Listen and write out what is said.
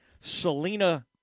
selena